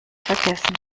vergessen